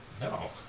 No